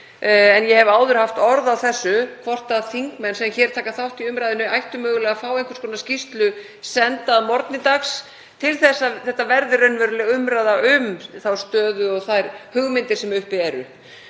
Ég hef áður haft orð á því hvort þingmenn sem hér taka þátt í umræðunni ættu mögulega að fá einhvers konar skýrslu senda að morgni dags til að þetta verði raunveruleg umræða um þá stöðu og þær hugmyndir sem uppi eru.